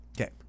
Okay